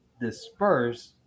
dispersed